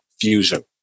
fusion